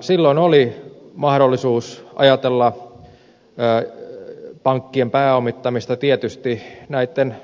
silloin oli mahdollisuus ajatella pankkien pääomittamista tietysti näitten